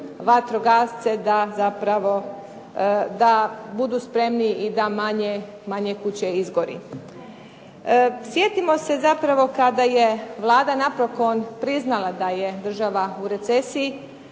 vatrogasce da zapravo budu spremni i da manje kuća izgori. Sjetimo se zapravo kada je Vlada napokon priznala da je država u recesiji